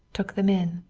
took them in.